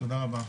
תודה רבה.